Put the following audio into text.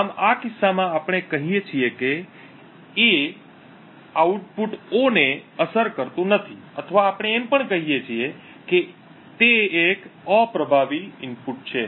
આમ આ કિસ્સામાં આપણે કહીએ છીએ કે A આઉટપુટ O ને અસર કરતું નથી અથવા આપણે એમ પણ કહીએ છીએ કે એ એક અપ્રભાવી ઇનપુટ છે